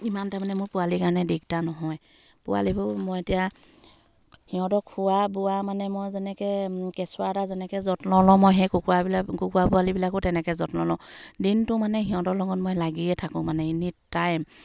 ইমান তাৰমানে মোৰ পোৱালিৰ কাৰণে দিগদাৰ নহয় পোৱালিবোৰ মই এতিয়া সিহঁতক খোৱা বোৱা মানে মই যেনেকৈ কেঁচুৱৰা এটা যেনেকৈ যত্ন লওঁ মই সেই কুকৰাবিলাক কুকুৰা পোৱালিবিলাকো তেনেকৈ যত্ন লওঁ দিনটো মানে সিহঁতৰ লগত মই লাগিয়ে থাকোঁ মানে এনি টাইম